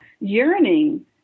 yearning